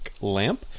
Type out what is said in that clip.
lamp